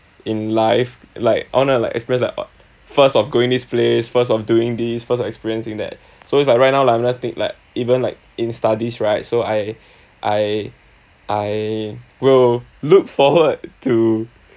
in life like I wanna like experience like first of going this place first of doing this first of experiencing that so it's like right now like I'm just think~ like even like in studies right so I I I will look forward to